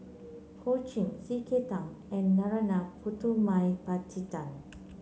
Ho Ching C K Tang and Narana Putumaippittan